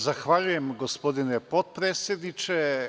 Zahvaljujem, gospodine potpredsedniče.